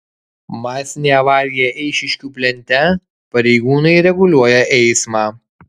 masinė avarija eišiškių plente pareigūnai reguliuoja eismą